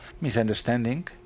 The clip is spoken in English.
misunderstanding